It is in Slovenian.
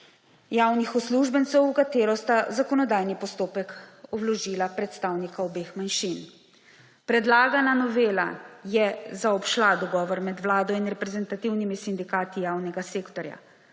javnih uslužbencev, katero sta v zakonodajni postopek vložila predstavnika obeh manjšin. Predlagana novela je zaobšla dogovor med Vlado in reprezentativnimi sindikati javnega sektorja,